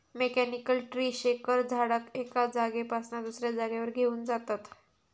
mechanical tree shaker झाडाक एका जागेपासना दुसऱ्या जागेवर घेऊन जातत